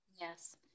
yes